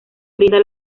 brinda